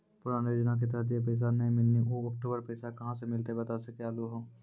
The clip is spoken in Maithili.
पुराना योजना के तहत जे पैसा नै मिलनी ऊ अक्टूबर पैसा कहां से मिलते बता सके आलू हो?